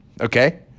Okay